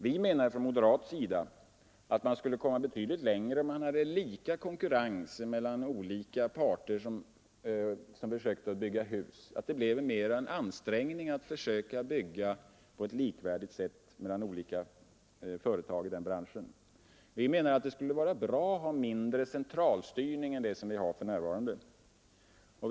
Vi menar från moderat sida att man skulle komma betydligt längre om man hade lika konkurrens mellan olika parter som försöker bygga hus, att det då gjordes mera ansträngningar att få lika villkor mellan olika företag i branschen. Vi menar att det skulle vara bra att ha mindre centralstyrning än vad vi för närvarande har.